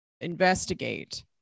investigate